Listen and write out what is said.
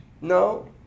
No